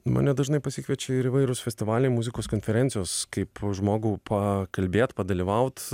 mane dažnai pasikviečia ir įvairūs festivaliai muzikos konferencijos kaip žmogų pakalbėt padalyvaut